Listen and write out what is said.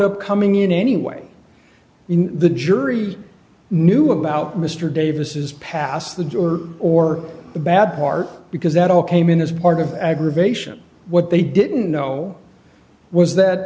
up coming in any way in the jury knew about mr davis past the door or the bad part because that all came in as part of aggravation what they didn't know was